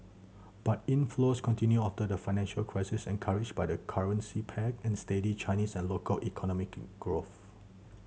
but inflows continued after the financial crisis encouraged by the currency peg and steady Chinese and local economic growth